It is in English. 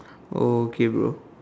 oh okay bro